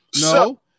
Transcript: No